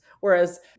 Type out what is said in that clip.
whereas